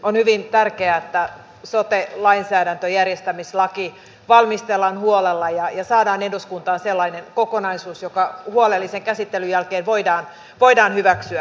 on hyvin tärkeää että sote lainsäädäntö järjestämislaki valmistellaan huolella ja saadaan eduskuntaan sellainen kokonaisuus joka huolellisen käsittelyn jälkeen voidaan hyväksyä